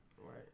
Right